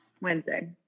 Wednesday